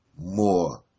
more